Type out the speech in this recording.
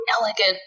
elegant